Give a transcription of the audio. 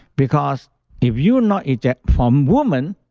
because if you not eject from woman,